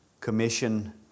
commission